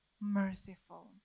merciful